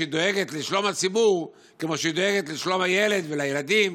שדואגת לשלום הציבור כמו שהיא דואגת לשלום הילד ולילדים,